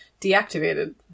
deactivated